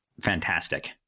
fantastic